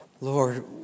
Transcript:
lord